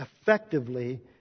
effectively